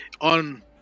on